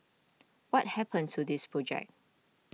what happened to this project